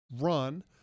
run